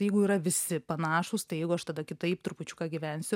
jeigu yra visi panašūs tai jeigu aš tada kitaip trupučiuką gyvensiu